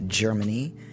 Germany